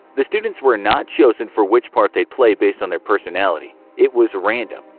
the students were not chosen for which part they'd play based on their personality. it was random.